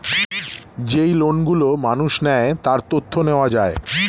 যেই লোন গুলো মানুষ নেয়, তার তথ্য নেওয়া যায়